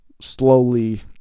slowly